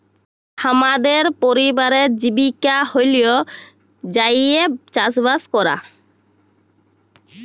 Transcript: হামদের পরিবারের জীবিকা হল্য যাঁইয়ে চাসবাস করা